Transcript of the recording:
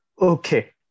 Okay